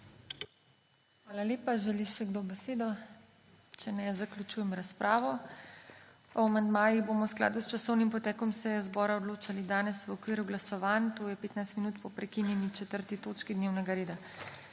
Hvala lepa. Želi še kdo besedo? Če ne, zaključujem razpravo. O amandmajih bomo v skladu z časovnim potekom seje zbora odločali danes v okviru glasovanj to je 15 minut po prekinjeni 4. točki dnevnega reda.